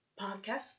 podcast